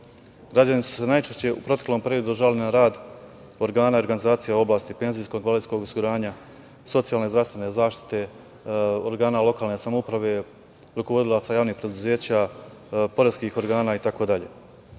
lica. Građani su se najčešće u proteklom periodu žalili na rad organa i organizacije oblasti Penzijskog i invalidskog osiguranja, socijalne zdravstvene zaštite, organa lokalne samouprave, rukovodilaca javnih preduzeća, poreskih organa,